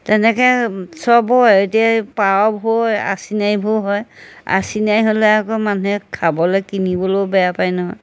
তেনেকৈ চবৰে এতিয়া এই পাৰবোৰৰো আচিনাইবোৰ হয় আচিনাই হ'লে আকৌ মানুহে খাবলৈ কিনিবলৈও বেয়া পায় নহয়